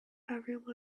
everyone